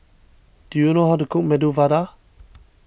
do you know how to cook Medu Vada